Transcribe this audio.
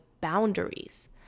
boundaries